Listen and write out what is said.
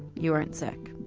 you weren't sick.